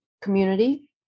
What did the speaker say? community